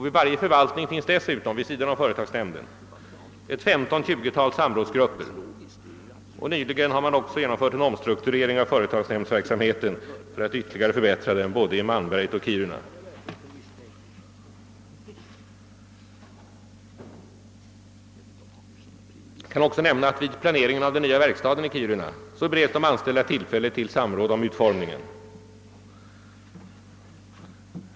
Vid varje förvaltning finns dessutom, vid sidan om företagsnämnden, 15—20 samrådsgrupper. Nyligen har man ock så genomfört en omstrukturering av företagsnämndsverksamheten för att ytterligare förbättra den, både i Malmberget och i Kiruna. Jag kan vidare nämna att vid planeringen av den nya verkstaden i Kiruna bereds de anställda tillfälle till samråd om utformningen.